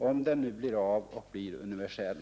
Om den nu blir av och blir universell!